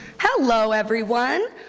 hello everyone.